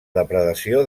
depredació